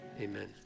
amen